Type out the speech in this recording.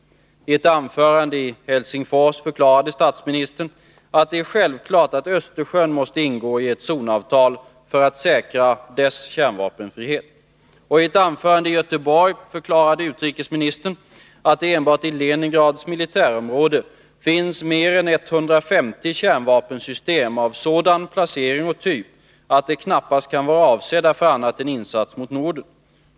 I ett anförande i Helsingfors förklarade statsministern att det är självklart att Östersjön måste ingå i ett zonavtal för att säkra dess kärnvapenfrihet. I ett anförande i Göteborg förklarade utrikesministern att det enbart i Leningrads militärområde finns mer än 150 kärnvapensystem med sådan placering och av sådan typ att de knappast kan vara avsedda för annat än insats mot Norden.